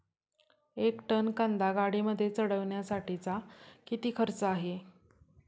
एक टन कांदा गाडीमध्ये चढवण्यासाठीचा किती खर्च आहे?